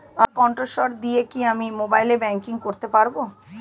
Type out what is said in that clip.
আমার কন্ঠস্বর দিয়ে কি আমি মোবাইলে ব্যাংকিং করতে পারবো?